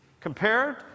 compared